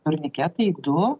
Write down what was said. turniketai du